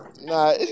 Nah